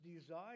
desire